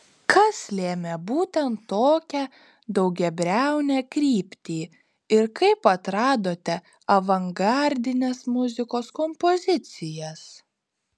kas lėmė būtent tokią daugiabriaunę kryptį ir kaip atradote avangardinės muzikos kompozicijas